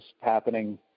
happening